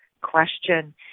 question